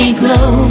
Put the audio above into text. glow